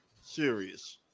series